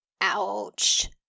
Ouch